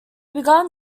began